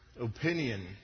opinion